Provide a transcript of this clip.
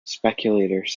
speculators